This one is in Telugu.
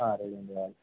రేగండివాల